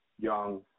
young